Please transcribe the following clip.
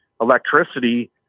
electricity